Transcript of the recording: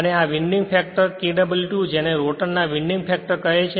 અને આ winding factor Kw2 જેને રોટર ના વિન્ડિંગ ફેક્ટર કહે છે